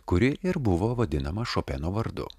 kuri ir buvo vadinama šopeno vardu